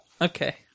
okay